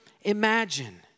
imagine